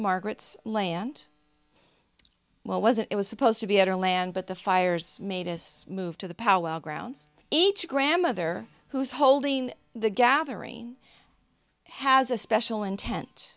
margaret's land well was it was supposed to be our land but the fires made us move to the powwow grounds each grandmother who's holding the gathering has a special intent